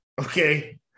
okay